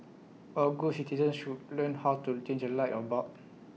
all good citizens should learn how to change A light A bulb